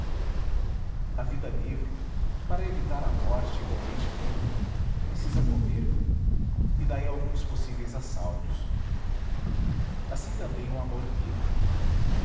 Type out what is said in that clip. a vida livre para evitar a morte igualmente livre precisa comer e daí alguns possíveis assaltos assim também o amor livre